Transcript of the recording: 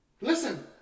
listen